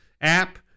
app